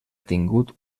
tingut